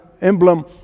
emblem